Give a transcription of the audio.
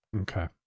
Okay